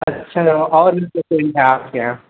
अच्छा मैम और दो तीन ठो आपके यहाँ